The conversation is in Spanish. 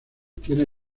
tiene